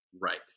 right